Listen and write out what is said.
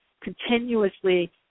continuously